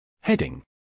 Heading